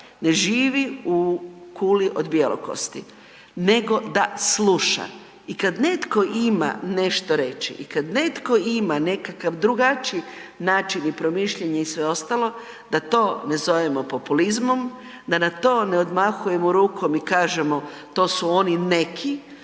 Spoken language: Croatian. ne živi u kuli od bjelokosti nego da sluša. I kada netko ima nešto reći i kad netko ima nekakav drugačiji način promišljanja i sve ostalo, da to ne zovemo populizmom, da na to ne odmahujemo rukom i kažemo to su oni neki,